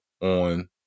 on